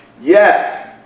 Yes